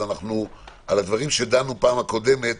על הדברים שדנו בפעם הקודמת